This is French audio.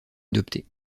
adopté